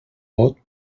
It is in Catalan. vot